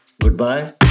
goodbye